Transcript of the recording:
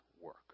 work